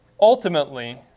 Ultimately